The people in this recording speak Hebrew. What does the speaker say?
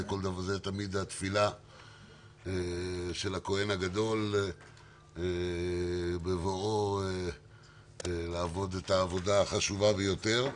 זו תמיד התפילה של הכוהן הגדול בבואו לעבוד את העבודה החשובה ביותר.